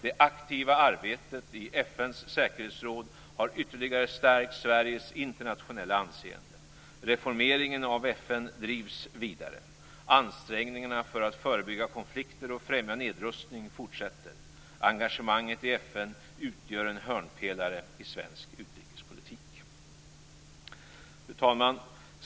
Det aktiva arbetet i FN:s säkerhetsråd har ytterligare stärkt Sveriges internationella anseende. Reformeringen av FN drivs vidare. Ansträngningarna för att förebygga konflikter och främja nedrustning fortsätter. Engagemanget i FN utgör en hörnpelare i svensk utrikespolitik. Fru talman!